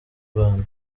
rwanda